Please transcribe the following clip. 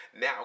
now